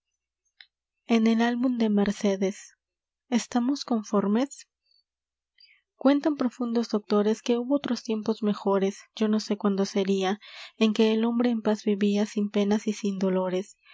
en el álbum de mercedes estamos conformes cuentan profundos doctores que hubo otros tiempos mejores yo no sé cuándo sería en que el hombre en paz vivia sin penas y sin dolores